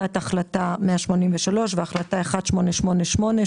תת-החלטה 183 והחלטה 1888,